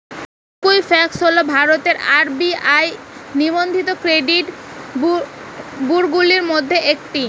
Equifax হল ভারতের RBI নিবন্ধিত ক্রেডিট ব্যুরোগুলির মধ্যে একটি